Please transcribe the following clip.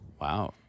Wow